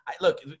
look